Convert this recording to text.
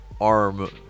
arm